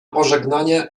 pożegnanie